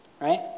right